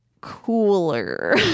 cooler